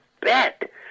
bet